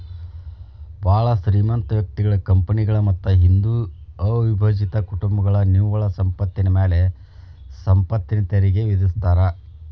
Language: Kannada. ಭಾಳ್ ಶ್ರೇಮಂತ ವ್ಯಕ್ತಿಗಳ ಕಂಪನಿಗಳ ಮತ್ತ ಹಿಂದೂ ಅವಿಭಜಿತ ಕುಟುಂಬಗಳ ನಿವ್ವಳ ಸಂಪತ್ತಿನ ಮ್ಯಾಲೆ ಸಂಪತ್ತಿನ ತೆರಿಗಿ ವಿಧಿಸ್ತಾರಾ